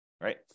right